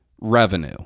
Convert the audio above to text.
revenue